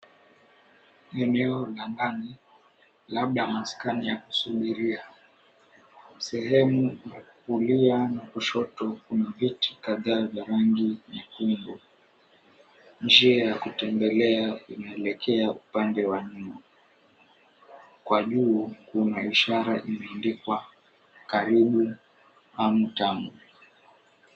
Eneo la ndani labda maskani ya kusubiria. Sehemu kulia na kushoto kuna viti kadhaa vya rangi nyekundu. Njia ya kutembelea kinaelekea upande wa nyuma. Kwa juu, kuna ishara imeandikwa, "Karibu Hamu Tamu."